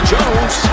Jones